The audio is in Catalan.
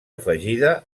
afegida